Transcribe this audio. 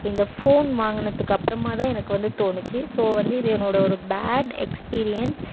இந்தப் ஃபோன் வாங்கினதுக்கு அப்புறமாதான் எனக்கு வந்து தோணுச்சு ஸோ இது வந்து என்னோடய ஒரு பேட் எக்ஸ்பீரியன்ஸ்